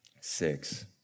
six